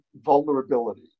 vulnerability